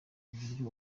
uburyo